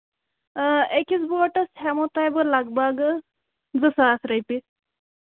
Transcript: أکِس بوٹَس ہٮ۪مَو تۄہہِ بہٕ لگ بگہٕ زٕ ساس رۄپیہِ